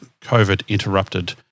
COVID-interrupted